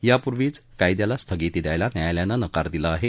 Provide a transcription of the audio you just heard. यापूर्वीच कायद्याला स्थगिती द्यायला न्यायालयानं नकार दिला आहे